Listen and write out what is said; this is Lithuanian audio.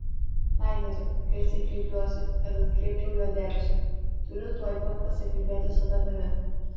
taileri garsiai kreipiuosi kad atkreipčiau jo dėmesį turiu tuoj pat pasikalbėti su tavimi